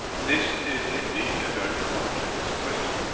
this is indeed a very complex question.